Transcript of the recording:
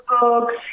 books